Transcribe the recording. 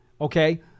Okay